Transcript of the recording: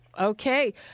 Okay